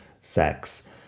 sex